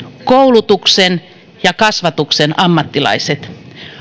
koulutuksen ja kasvatuksen ammattilaiset